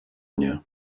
nie